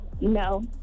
No